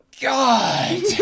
God